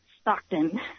Stockton